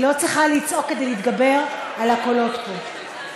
היא לא צריכה לצעוק כדי להתגבר על הקולות פה.